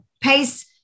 pace